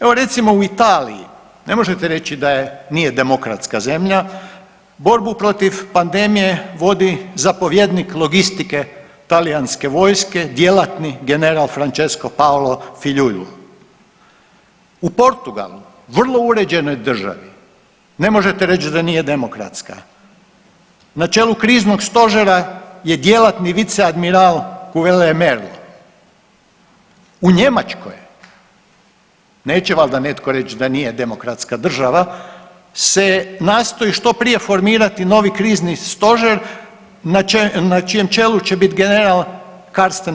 Evo recimo u Italiji, ne možete reći da nije demokratska zemlja borbu protiv pandemije vodi zapovjednik logistike talijanske vojske djelatni general Francesko Paolo Figliuolo, u Portugalu vrlo uređenoj državi ne možete reći da nije demokratska, na čelu kriznog stožera je djelatni viceadmiral …/nerazumljivo/… u Njemačkoj neće valjda netko reći da nije demokratska država se nastoji što prije formirati novi krizni stožer na čijem čelu će biti general Karsten